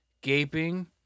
Gaping